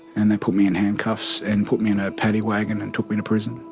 and they put me in handcuffs and put me in a paddywagon and took me to prison.